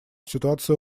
ситуации